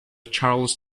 charles